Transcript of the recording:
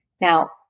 Now